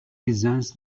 designs